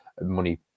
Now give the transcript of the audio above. money